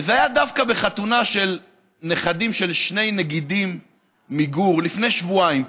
זה היה דווקא בחתונה של נכדים של שני נגידים מגור לפני שבועיים,